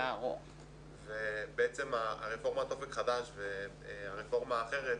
בעצם רפורמת "אופק חדש" והרפורמה האחרת,